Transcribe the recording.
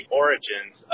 origins